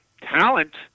talent